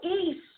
East